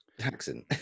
accent